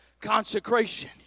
consecration